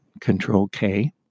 Control-K